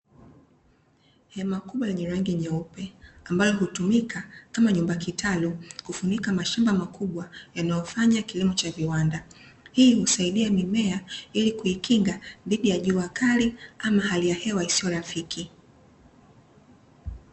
Hema kubwa lenye rangi nyeupe ambalo hutumika kama nyumba kitalu kufunika mashamba makubwa yanayofanya kilimo cha viwanda ,hii husaidia mimea ili kuikinga dhidi ya jua kali ama hali ya hewa isiyo rafiki.